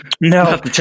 no